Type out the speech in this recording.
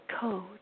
code